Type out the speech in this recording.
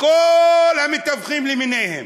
לכל המתווכים למיניהם.